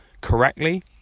correctly